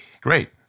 great